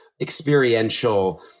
experiential